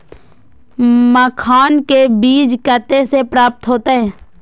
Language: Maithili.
मखान के बीज कते से प्राप्त हैते?